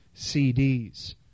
CDs